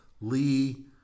Lee